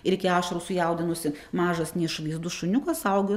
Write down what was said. ir iki ašarų sujaudinusi mažas neišvaizdus šuniukas saugojo